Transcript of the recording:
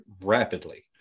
rapidly